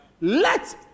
Let